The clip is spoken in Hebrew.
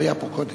הוא היה פה קודם.